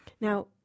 Now